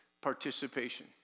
participation